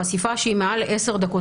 חשיפה שהיא מעל עשר דקות,